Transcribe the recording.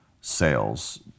sales